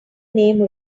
name